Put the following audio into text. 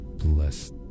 Bless